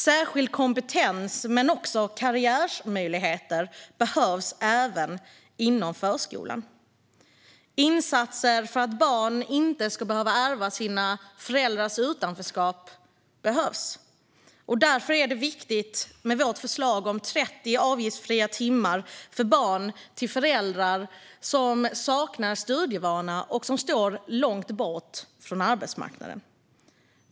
Särskild kompetens, men också karriärmöjligheter, behövs även inom förskolan. Insatser för att barn inte ska behöva ärva sina föräldrars utanförskap behövs. Därför är det viktigt med vårt förslag om 30 avgiftsfria timmar för barn till föräldrar som saknar studievana och som står långt bort från arbetsmarknaden.